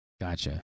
Gotcha